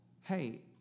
hey